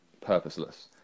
purposeless